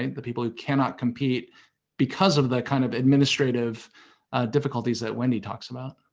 the people who cannot compete because of the kind of administrative difficulties that wendy talks about.